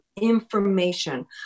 information